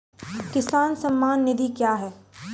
किसान सम्मान निधि क्या हैं?